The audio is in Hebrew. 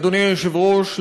אדוני היושב-ראש,